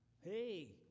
Hey